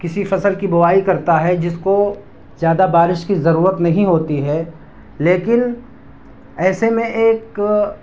کسی فصل کی بوائی کرتا ہے جس کو زیادہ بارش کی ضرورت نہیں ہوتی ہے لیکن ایسے میں ایک